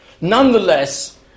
nonetheless